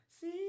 See